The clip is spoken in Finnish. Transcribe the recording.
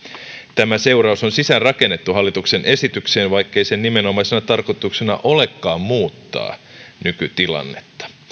tämä seuraus on sisäänrakennettu hallituksen esitykseen vaikkei sen nimenomaisena tarkoituksena olekaan muuttaa nykytilannetta